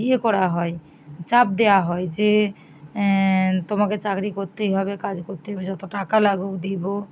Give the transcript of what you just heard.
ইয়ে করা হয় চাপ দেয়া হয় যে তোমাকে চাকরি করতেই হবে কাজ করতে হবে যতো টাকা লাগুক দিবো